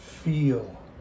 Feel